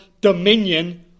dominion